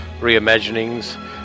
reimaginings